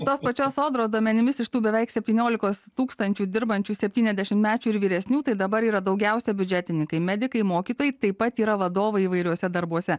tos pačios sodros duomenimis iš tų beveik septyniolikos tūkstančių dirbančių septyniasdešimtmečių ir vyresnių tai dabar yra daugiausiai biudžetininkai medikai mokytojai taip pat yra vadovai įvairiuose darbuose